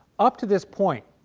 up to this point,